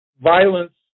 violence